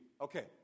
Okay